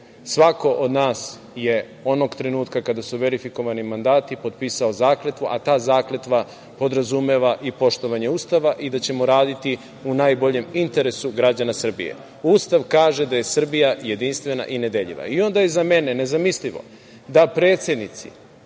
Svako od nas je onog trenutka kada su verifikovani mandati potpisao zakletvu, a ta zakletva podrazumeva i poštovanje Ustava i da ćemo raditi u najboljem interesu građana Srbije. Ustav kaže da je Srbija jedinstva i nedeljiva. I onda je za mene nezamislivo da predsednici,